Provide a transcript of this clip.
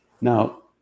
Now